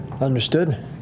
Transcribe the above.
Understood